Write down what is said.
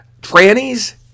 trannies